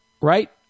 right